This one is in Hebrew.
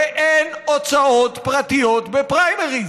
ואין הוצאות פרטיות בפריימריז.